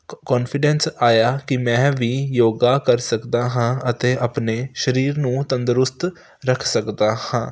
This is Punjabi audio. ਕੋਨਫੀਡੈਂਸ ਆਇਆ ਕਿ ਮੈਂ ਵੀ ਯੋਗਾ ਕਰ ਸਕਦਾ ਹਾਂ ਅਤੇ ਆਪਣੇ ਸਰੀਰ ਨੂੰ ਤੰਦਰੁਸਤ ਰੱਖ ਸਕਦਾ ਹਾਂ